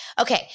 Okay